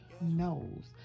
knows